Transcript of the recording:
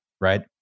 right